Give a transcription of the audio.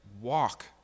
walk